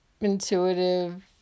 intuitive